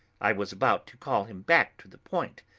i was about to call him back to the point,